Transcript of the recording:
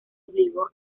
obligó